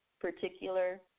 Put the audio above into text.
particular